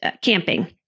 camping